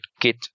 kit